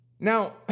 Now